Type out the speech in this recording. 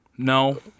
No